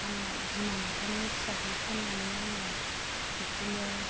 फान्ना बिमा माथामनि फिसाखौ फान्ना आङो बिदिनो